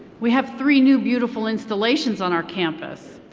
we have three new beautiful installations on our campus.